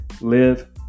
live